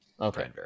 Okay